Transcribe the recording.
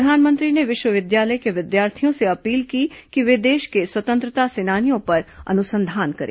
प्रधानमंत्री ने विश्वविद्यालय के विद्यार्थियों से अपील की कि वे देश के स्वतंत्रता सेनानियों पर अनुसंधान करें